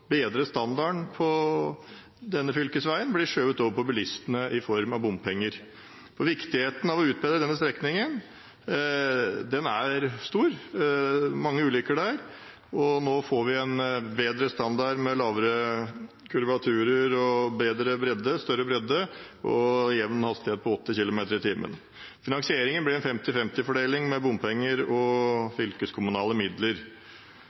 bedre standarden på denne fylkesveien blir skjøvet over på bilistene i form av bompenger. Viktigheten av å utbedre denne strekningen er stor, for det er mange ulykker der. Nå får vi en bedre standard, med færre kurvaturer, større bredde og jevn hastighet på 80 km/t. Finansieringen blir en 50/50-fordeling mellom bompenger og fylkeskommunale midler.